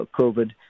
COVID